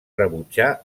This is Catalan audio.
rebutjar